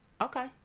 Okay